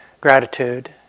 gratitude